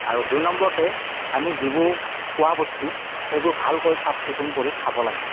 আৰু দুই নম্বৰতে আমি যিবোৰ খোৱা বস্তু সেইবোৰ ভালকৈ চাফ চিকুন কৰি খাব লাগে